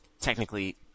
Technically